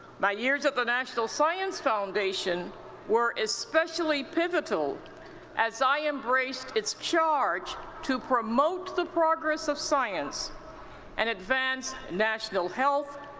my years at the national science foundation were especially pivotal as i embraced its charge to promote the progress of science and advance national health,